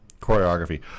choreography